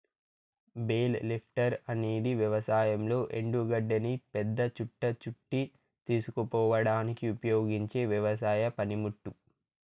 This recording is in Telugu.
బేల్ లిఫ్టర్ అనేది వ్యవసాయంలో ఎండు గడ్డిని పెద్ద చుట్ట చుట్టి తీసుకుపోవడానికి ఉపయోగించే వ్యవసాయ పనిముట్టు